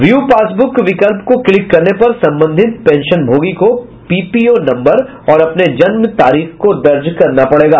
view passbook विकल्प को click करने पर संबंधित पेंशनभोगी को पीपीओ नम्बर और अपने जन्म तारीख को दर्ज करना पड़ेगा